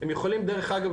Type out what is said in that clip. דרך אגב,